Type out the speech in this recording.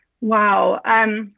Wow